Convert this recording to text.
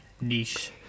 niche